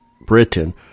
Britain